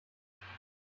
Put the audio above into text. stadium